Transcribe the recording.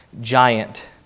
giant